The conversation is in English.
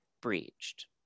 breached